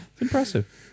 impressive